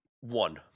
One